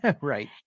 right